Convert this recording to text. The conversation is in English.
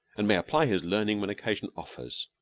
and may apply his learning when occasion offers.